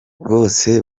bose